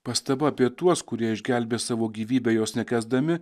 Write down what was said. pastaba apie tuos kurie išgelbės savo gyvybę jos nekęsdami